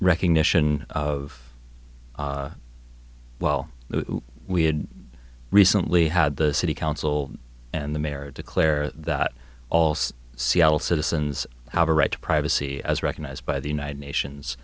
recognition of well we had recently had the city council and the mayor declare that all seattle citizens have a right to privacy as recognized by the united nations